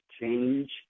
change